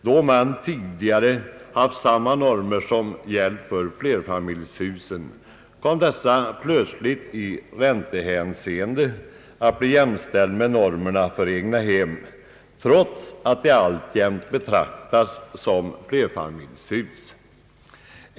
Då man tidigare där haft samma normer som gällt för flerfamiljshusen kom radoch kedjehusen plötsligt i räntehänseende att bli jämställda med egnahem, trots att de alltjämt betraktades som flerfamiljshus.